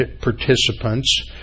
participants